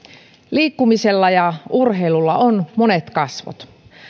liikkumisella ja urheilulla on monet kasvot